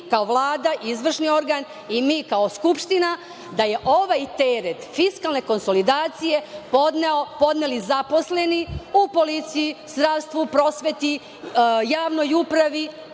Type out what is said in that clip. kao Vlada, izvršni organ i mi, kao Skupština, da su ovaj teret fiskalne konsolidacije podneli zaposleni u policiji, zdravstvu, prosveti, javnoj upravi,